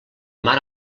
mar